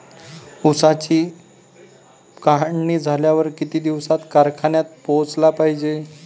ऊसाची काढणी झाल्यावर किती दिवसात कारखान्यात पोहोचला पायजे?